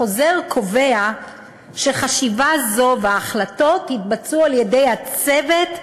החוזר קובע שחשיבה זו וההחלטות יתבצעו על-ידי הצוות,